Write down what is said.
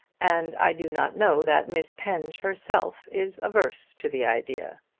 and i do not know that miss penge herself is averse to the idea.